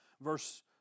Verse